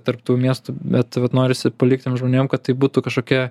tarp tų miestų bet vat norisi palikt tiem žmonėm kad tai būtų kažkokia